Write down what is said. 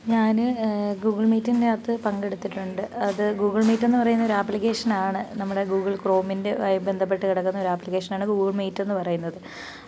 ഞാൻ ഗൂഗിള് മീറ്റിൻറെ അകത്ത് പങ്കെടുത്തിട്ടുണ്ട് അത് ഗൂഗിള് മീറ്റെന്ന് പറയുന്നൊരു ആപ്ലിക്കേഷനാണ് നമ്മുടെ ഗൂഗിള് ക്രോമിൻ്റെ ആയി ബന്ധപ്പെട്ട് കി ടക്കുന്ന ഒരാപ്ലിക്കേഷനാണ് ഗൂഗിള് മീറ്റെന്ന് പറയുന്നത്